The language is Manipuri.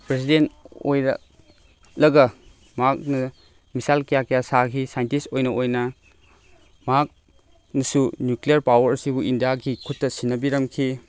ꯄ꯭ꯔꯁꯤꯗꯦꯟ ꯑꯣꯏꯔꯛꯂꯒ ꯃꯍꯥꯛꯅ ꯃꯤꯁꯥꯏꯜ ꯀꯌꯥ ꯀꯌꯥ ꯁꯥꯈꯤ ꯁꯥꯏꯟꯇꯤꯁ ꯑꯣꯏꯅ ꯑꯣꯏꯅ ꯃꯍꯥꯛꯅꯁꯨ ꯅ꯭ꯌꯨꯀ꯭ꯂꯤꯌꯔ ꯄꯥꯎꯋꯔ ꯑꯁꯤꯕꯨ ꯈꯟꯗꯤꯌꯥꯒꯤ ꯈꯨꯠꯇ ꯁꯤꯟꯅꯕꯤꯔꯝꯈꯤ